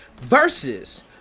versus